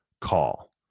call